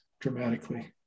dramatically